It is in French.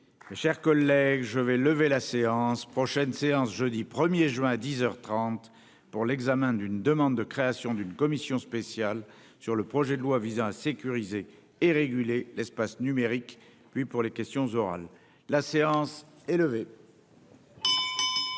chers collègues, je vais lever la séance prochaine séance jeudi 1er juin à 10h 30 pour l'examen d'une demande de création d'une commission spéciale sur le projet de loi visant à sécuriser et réguler l'espace numérique puis pour les questions orales. La séance est levée.